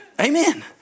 Amen